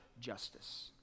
justice